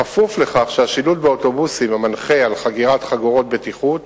בכפוף לכך שהשילוט באוטובוסים המנחה לחגור חגורות בטיחות